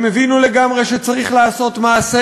הם הבינו לגמרי שצריך לעשות מעשה